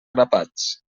grapats